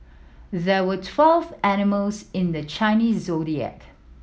there were twelve animals in the Chinese Zodiac